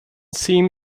seem